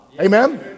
amen